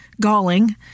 galling